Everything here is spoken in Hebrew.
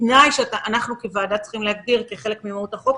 אנחנו צריכים להגדיר את זה כחלק מהוראות החוק,